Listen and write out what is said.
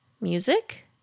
music